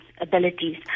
abilities